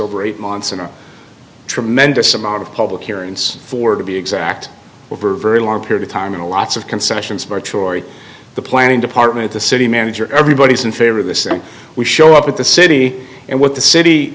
over eight months in a tremendous amount of public hearings for to be exact over very long period of time in a lots of concessions the planning department the city manager everybody is in favor of this we show up at the city and what the city